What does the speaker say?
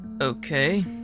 Okay